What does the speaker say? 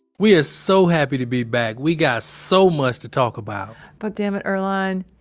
we are so happy to be back. we got so much to talk about but dammit, earlonne,